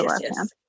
yes